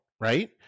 right